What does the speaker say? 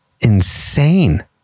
insane